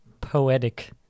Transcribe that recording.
poetic